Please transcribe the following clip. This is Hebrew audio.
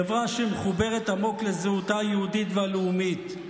חברה שמחוברת עמוק לזהותה היהודית והלאומית,